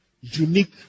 unique